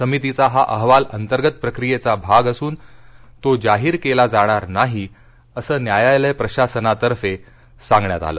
समितीचा हा अहवाल अंतर्गत प्रक्रियेचा हिस्सा असून तो जाहीर केला जाणार नाही असं न्यायालय प्रशासनातर्फे सांगण्यात आलं